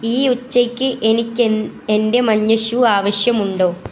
ഈ ഉച്ചയ്ക്ക് എനിക്ക് എന്റെ മഞ്ഞ ഷൂ ആവശ്യമുണ്ടോ